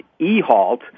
Ehalt